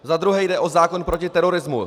Za druhé jde o zákon proti terorismu.